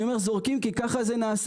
אני אומר זורקים כי ככה זה נעשה,